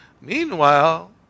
Meanwhile